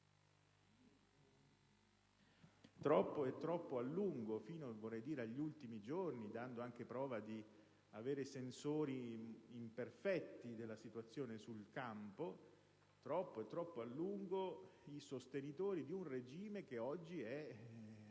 troppo e troppo a lungo (fino agli ultimi giorni, dando anche prova di avere sensori imperfetti della situazione sul campo) i sostenitori di un regime che oggi è